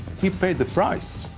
he paid the price.